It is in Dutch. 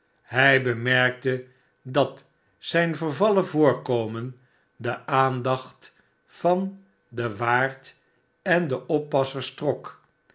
hij bemerkte dat zijn vervallen voorkomen de aandacht van den waard en de oppassers trok